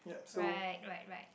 right right right